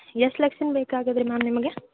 ಎಷ್ಟು ಲಕ್ಷದಿಂದ ಬೇಕಾಗಿದ್ರಿ ಮ್ಯಾಮ್ ನಿಮಗೆ